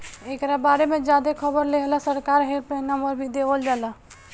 एकरा बारे में ज्यादे खबर लेहेला सरकार हेल्पलाइन नंबर भी देवल जाला